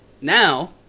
now